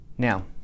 Now